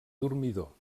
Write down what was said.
dormidor